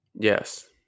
yes